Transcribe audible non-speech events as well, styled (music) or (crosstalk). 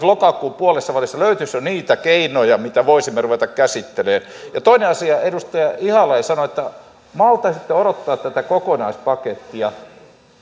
(unintelligible) lokakuun puolessa välissä löytyisi jo niitä keinoja mitä voisimme ruveta käsittelemään toinen asia edustaja ihalainen sanoi että malttaisitte odottaa tätä kokonaispakettia